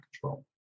control